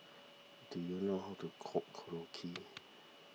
do you know how to cook Korokke